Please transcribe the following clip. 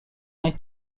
est